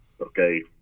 okay